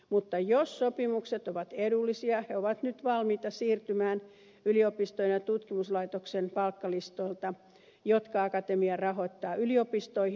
mutta jos sopimukset ovat edullisia he ovat nyt valmiita siirtymään yliopistojen ja tutkimuslaitosten palkkalistoilta jotka akatemia rahoittaa yliopistoihin